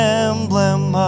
emblem